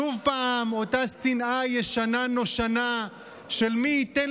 שוב אותה שנאה ישנה נושנה של "מי ייתן